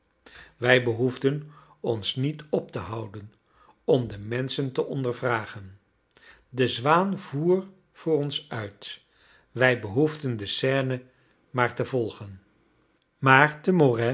wij behoefden ons niet op te houden om de menschen te ondervragen de zwaan voer voor ons uit wij behoefden de seine maar te volgen maar